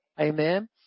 amen